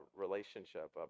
relationship